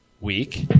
week